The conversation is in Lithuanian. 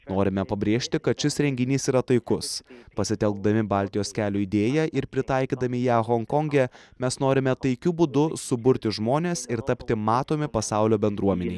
norime pabrėžti kad šis renginys yra taikus pasitelkdami baltijos kelio idėją ir pritaikydami ją honkonge mes norime taikiu būdu suburti žmones ir tapti matomi pasaulio bendruomenėj